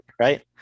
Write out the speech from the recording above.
right